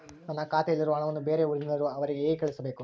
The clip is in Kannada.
ನನ್ನ ಖಾತೆಯಲ್ಲಿರುವ ಹಣವನ್ನು ಬೇರೆ ಊರಿನಲ್ಲಿರುವ ಅವರಿಗೆ ಹೇಗೆ ಕಳಿಸಬೇಕು?